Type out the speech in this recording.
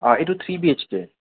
অঁ এইটো three BHK